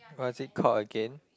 what's it called again